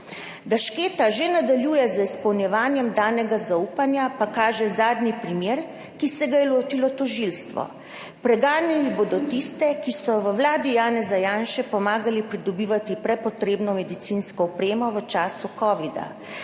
Da Šketa že nadaljuje z izpolnjevanjem danega zaupanja, pa kaže zadnji primer, ki se ga je lotilo tožilstvo. Preganjali bodo tiste, ki so v vladi Janeza Janše pomagali pridobivati prepotrebno medicinsko opremo v času kovida.